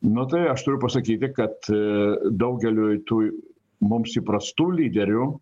nu tai aš turiu pasakyti kad daugeliui tų mums įprastų lyderių